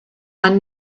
and